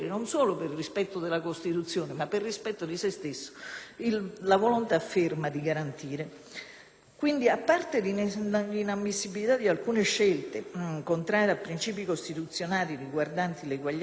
Quindi, a parte l'inammissibilità di alcune scelte contrarie a principi costituzionali riguardanti l'uguaglianza e la stessa dignità delle persone, siamo in realtà di fronte a norme che possono far crescere inefficienza,